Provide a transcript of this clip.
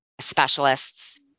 specialists